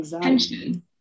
tension